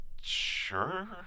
sure